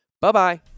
Bye-bye